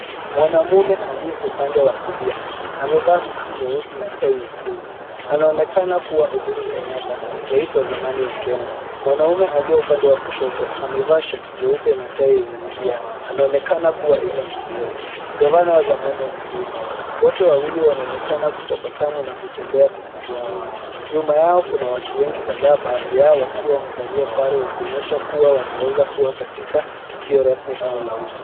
Mwanamume aliye upande wa kulia amevaa suti nyeusi na tai nyekundu. Anaonekana kuwa Uhuru Kenyatta; rais wa zamani wa Kenya. Mwanaume aliye upande wa kushoto amevaa shati jeupe na tai yenye milia. Anaonekana kuwa Evans Kidero; gavana wa zamani wa Nairobi. Wote wawili wanaonekana kutabasamu na kutembea kwa kujiamini. Nyuma yao kuna watu wengi kadhaa baadhi yao wakiwa wamevalia sare wakionyesha kuwa wanawezakuwa katika tukio rasmi au tukio la umma.